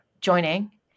joining